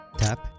tap